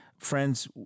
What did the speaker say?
friends